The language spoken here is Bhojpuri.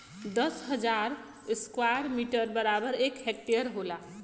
दस हजार स्क्वायर मीटर बराबर एक हेक्टेयर होला